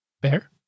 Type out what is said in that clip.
Bear